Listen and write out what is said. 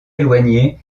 éloignés